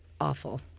awful